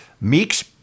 Meeks